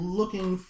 looking